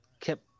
kept